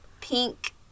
pink